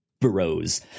bros